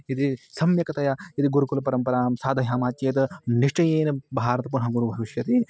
यदि सम्यक् तया यदि गुरुकुलपरम्परां साधयामः चेत् निश्चयेन भारतपरमगुरुः भविष्यति